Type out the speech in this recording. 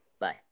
Bye